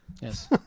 Yes